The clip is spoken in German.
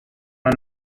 man